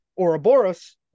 Ouroboros